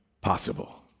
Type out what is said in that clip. possible